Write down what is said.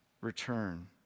return